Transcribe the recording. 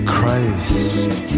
Christ